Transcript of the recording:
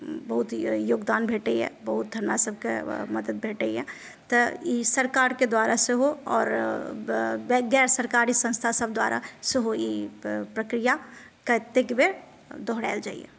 बहुत योगदान भेटैए बहुत हमरासभके मदद भेटैए तऽ ई सरकारके द्वारा सेहो आओर गैरसरकारी संस्थासभ द्वारा सेहो ई प्रक्रिया कतेक बेर दोहरायल जाइए